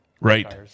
Right